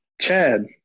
Chad